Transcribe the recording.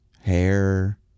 hair